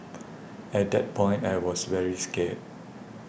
at that point I was very scared